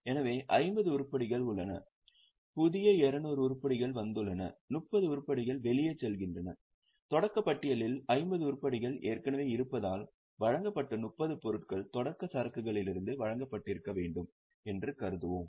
எனவே 50 உருப்படிகள் உள்ளன புதிய 200 உருப்படிகள் வந்துள்ளன 30 உருப்படிகள் வெளியே செல்கின்றன தொடக்கப் பட்டியலில் 50 உருப்படிகள் ஏற்கனவே இருப்பதால் வழங்கப்பட்ட 30 பொருட்கள் தொடக்க சரக்குகளிலிருந்து வழங்கப்பட்டிருக்க வேண்டும் என்று கருதுவோம்